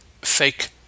fake